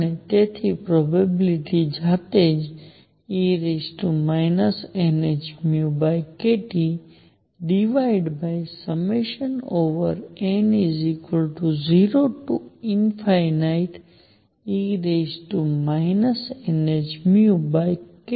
અને તેથી પ્રોબેબિલીટી જાતે જ e nhνkTn0e nhνkT થવાની છે